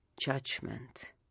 judgment